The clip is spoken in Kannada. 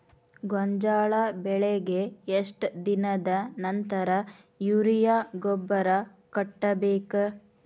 ಗೋಂಜಾಳ ಬೆಳೆಗೆ ಎಷ್ಟ್ ದಿನದ ನಂತರ ಯೂರಿಯಾ ಗೊಬ್ಬರ ಕಟ್ಟಬೇಕ?